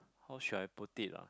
how should I put it lah